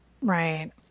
Right